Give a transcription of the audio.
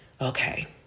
okay